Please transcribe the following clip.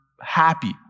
happy